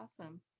awesome